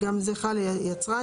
יצרן,